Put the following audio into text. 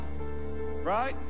right